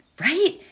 right